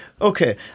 Okay